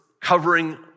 covering